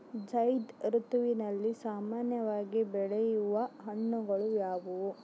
ಝೈಧ್ ಋತುವಿನಲ್ಲಿ ಸಾಮಾನ್ಯವಾಗಿ ಬೆಳೆಯುವ ಹಣ್ಣುಗಳು ಯಾವುವು?